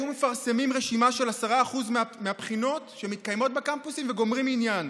היו מפרסמים רשימה של 10% מהבחינות שמתקיימות בקמפוסים וגומרים עניין,